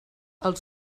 els